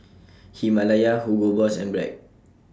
Himalaya Hugo Boss and Bragg